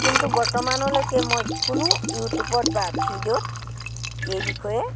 কিন্তু বৰ্তমানলৈকে মই কোনো ইউটিউবত বা ভিডিঅ'ত এই বিষয়ে